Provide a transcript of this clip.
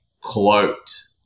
cloaked